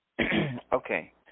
okay